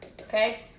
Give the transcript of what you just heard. okay